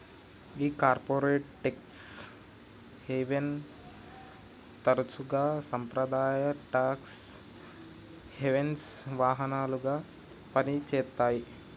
ఈ corporate tax హేవెన్ని తరసుగా సాంప్రదాయ టాక్స్ హెవెన్సి వాహనాలుగా పని చేత్తాయి